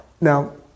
Now